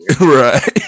right